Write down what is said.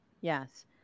yes